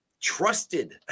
trusted